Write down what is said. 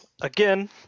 Again